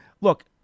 look